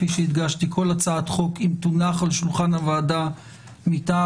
כל הצעת חוק אם תונח על שולחן הוועדה מטעם